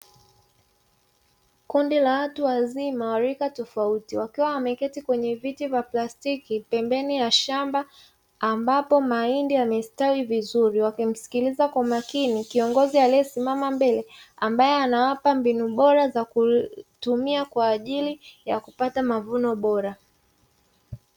Kundi la watu wazima wa rika tofauti, wakiwa wameketi kwenye viti vya plasikiti pembeni ya shamba, ambapo mahindi yamestawi vizuri, wakimsikiliza kwa makini kiongozi aliyesimama mbele, ambaye anawapa mbinu bora za kutumia kwa ajili ya kupata mavuno bora.